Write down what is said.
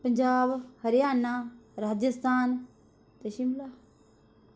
पंजाब हरियाणा राजस्थान ते शिमला